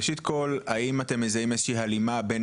ראשית כל האם אתם מזהים איזו שהיא הלימה בין